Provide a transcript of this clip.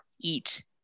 eat